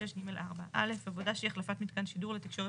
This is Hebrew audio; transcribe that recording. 266ג4. (א) עבודה שהיא החלפת מיתקן שידור לתקשורת